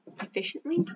efficiently